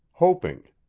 hoping,